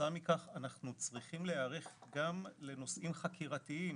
כתוצאה מכך אנחנו צריכים להיערך גם לנושאים חקירתיים